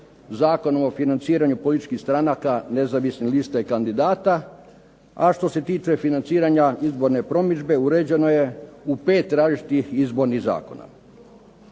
Zakonom o financiranju političkih stranaka, nezavisne liste kandidata. A što se tiče financiranja izborne promidžbe uređeno je u 5 različitih izbornih zakona.